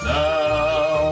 now